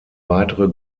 weitere